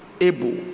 able